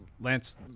Lance